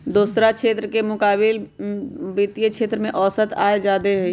दोसरा क्षेत्र के मुकाबिले वित्तीय क्षेत्र में औसत आय जादे हई